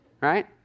right